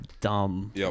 dumb